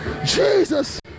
Jesus